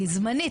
היא זמנית,